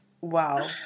wow